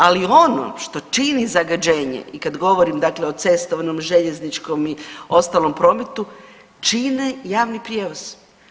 Ali ono što čini zagađenje i kad govorim dakle o cestovnom, željezničkom i ostalom prometu čini javni prijevoz.